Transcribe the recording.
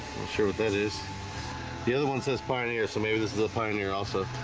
sure that is the other one says pioneer, so maybe this is a pioneer also